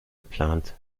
geplant